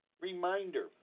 reminder